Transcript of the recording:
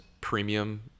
premium